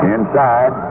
Inside